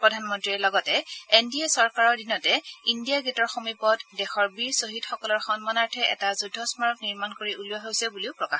প্ৰধানমন্ত্ৰীয়ে লগতে N D A চৰকাৰৰ দিনতে ইণ্ডিয়া গেটৰ সমীপত দেশৰ বীৰ শ্বহীদসকলৰ সন্মানাৰ্থে এটা যুদ্ধ স্মাৰক নিৰ্মাণ কৰি উলিওৱা হৈছে বুলি কয়